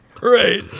Right